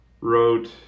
wrote